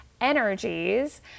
energies